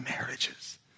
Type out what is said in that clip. marriages